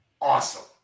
awesome